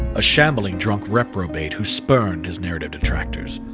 a shambling drunk reprobate who spurned his narrative detractors,